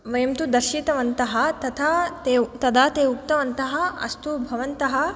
वयं तु दर्शितवन्तः तथा ते तदा ते उक्तवन्तः अस्तु भवन्तः